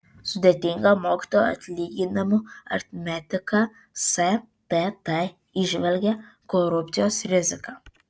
sudėtinga mokytojų atlyginimų aritmetika stt įžvelgia korupcijos riziką